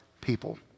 people